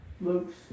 Luke